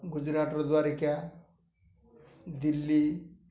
ଗୁଜୁରାଟର ଦ୍ୱାରିକା ଦିଲ୍ଲୀ